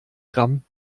gramm